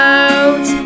out